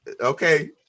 okay